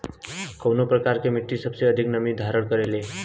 कउन प्रकार के मिट्टी सबसे अधिक नमी धारण करे ले?